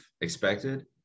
expected